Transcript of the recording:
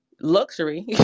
luxury